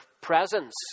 presence